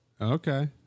Okay